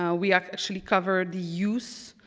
ah we actually cover the use,